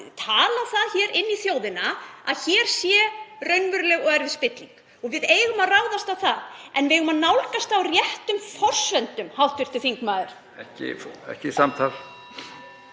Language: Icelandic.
tala það inn í þjóðina að hér sé raunveruleg og erfið spilling. Við eigum að ráðast á það en við eigum að nálgast það á réttum forsendum, hv. þingmaður.(Forseti